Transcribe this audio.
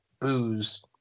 booze